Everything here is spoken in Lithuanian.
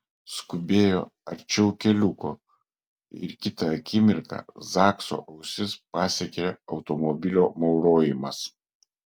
skubėjo arčiau keliuko ir kitą akimirką zakso ausis pasiekė automobilio maurojimas